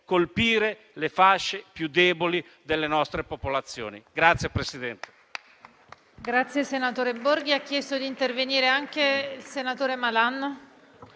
colpire le fasce più deboli delle nostre popolazioni.